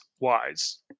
wise